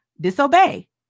disobey